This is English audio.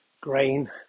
grain